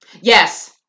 Yes